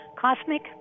Cosmic